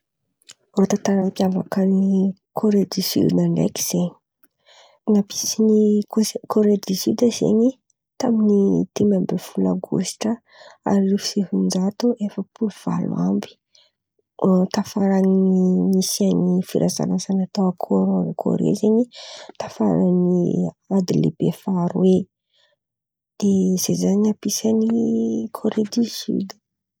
Rô tantara mampiavaka an'i Korea di sioda ndraiky zen̈y, nampisy ny kôse Kôrea di sioda zen̈y tamin'ny telo ambin'ny folo aogositra arivo sy sivin-jato efapolo valo amby. Tafaran'ny nisian'ny firasarasana tao Kô- Kôrea zen̈y tafaran'ny ady lehibe faharoe. De ze zen̈y nampiasy an'i Kôrea di sioda.